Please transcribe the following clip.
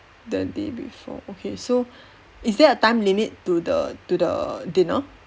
the day before okay so is there a time limit to the to the dinner